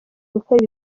gukora